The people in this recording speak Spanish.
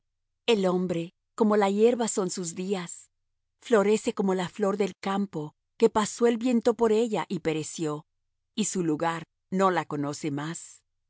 el hombre como la hierba son sus días florece como la flor del campo que pasó el viento por ella y pereció y su lugar no la conoce más